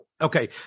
Okay